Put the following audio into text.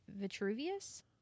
Vitruvius